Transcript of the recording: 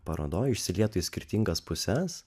parodoj išsilietų į skirtingas puses